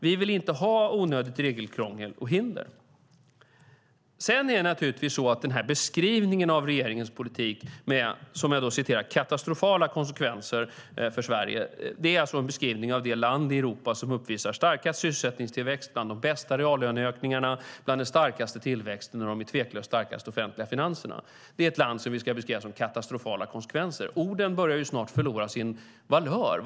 Vi vill inte ha onödigt regelkrångel och hinder. Den beskrivning av regeringens politik som att den får katastrofala konsekvenser för Sverige, om jag ska citera er, är en beskrivning av det land i Europa som uppvisar starkast sysselsättningstillväxt och som har bland de bästa reallöneökningarna, den starkaste tillväxten och de tveklöst starkaste offentliga finanserna. Det är ett land som vi ska beskriva som att regeringens politik leder till katastrofala konsekvenser. Orden börjar snart förlora sin valör.